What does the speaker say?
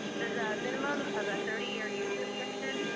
there's a minimum of a thirty year use restriction.